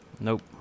Nope